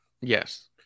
Yes